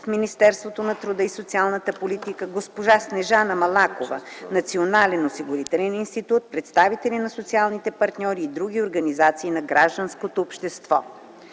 Министерството на труда и социалната политика, госпожа Снежана Малакова - Национален осигурителен институт, представители на социалните партньори и други организации на гражданското общество.